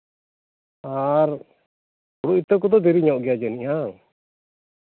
ᱟᱨ ᱦᱩᱲᱩ ᱤᱛᱟᱹ ᱠᱚᱫᱚ ᱫᱮᱨᱤ ᱧᱚᱜ ᱜᱮᱭᱟ ᱡᱟᱹᱱᱤᱡ ᱦᱮᱸᱵᱟᱝ